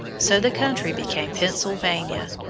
so the country became pennsylvania,